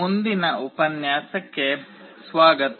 ಮುಂದಿನ ಉಪನ್ಯಾಸಕ್ಕೆ ಸ್ವಾಗತ